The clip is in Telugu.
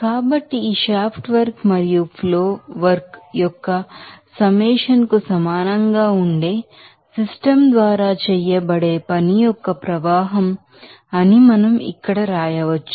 కాబట్టి ఈ షాఫ్ట్ వర్క్ మరియు ఫ్లో వర్క్ యొక్క సమ్మిట్ కు సమానంగా ఉండే సిస్టమ్ ద్వారా చేయబడే పని యొక్క ప్రవాహం అని మనం ఇక్కడ రాయవచ్చు